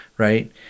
Right